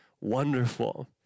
wonderful